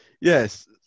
Yes